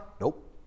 Nope